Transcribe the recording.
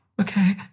okay